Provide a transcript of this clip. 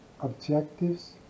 objectives